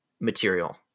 material